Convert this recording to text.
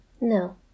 No